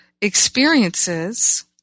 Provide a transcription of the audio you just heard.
experiences